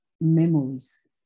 memories